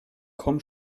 komm